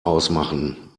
ausmachen